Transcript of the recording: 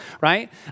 right